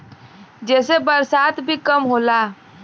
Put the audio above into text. जेसे बरसात भी कम होला